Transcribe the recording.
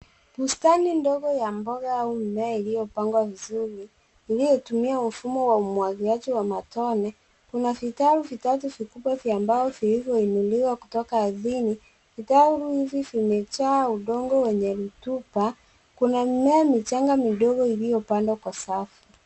Bustani ndogo ya mboga au mimea iliyopangwa vizuri iliyotumia mfumo wa umwagiliaji wa matone kuna vitaru vitatu vikubwa vya mbao vilivyoinuliwa kutoka ardhini vitaru hivi vimejaa udongo wenye mtupa kuna mimea michanga midogo iliyopandwa kwa safu.